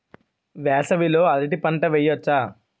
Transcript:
వేసవి లో అరటి పంట వెయ్యొచ్చా?